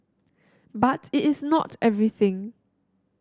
but it is not everything